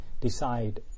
decide